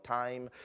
time